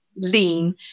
lean